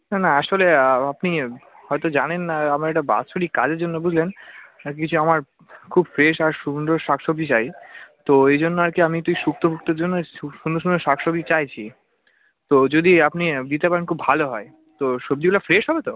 না না আসলে আপনি হয়তো জানেন না আমার একটা বাৎসরিক কাজের জন্য বুঝলেন আর কিছু আমার খুব ফেশ আর সুন্দর শাক সবজি চাই তো ওই জন্য আর কি আমি একটু সুক্তো ফুক্তোর জন্য সুন্দর সুন্দর শাক সবজি চাইছি তো যদি আপনি দিতে পারেন খুব ভালো হয় তো সবজিগুলো ফ্রেশ হবে তো